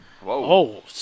Whoa